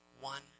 one